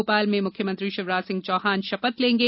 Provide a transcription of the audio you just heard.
भोपाल में मुख्यमंत्री शिवराज सिंह चौहान शपथ लेंगे